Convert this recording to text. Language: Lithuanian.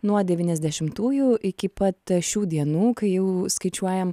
nuo devyniasdešimtųjų iki pat šių dienų kai jau skaičiuojam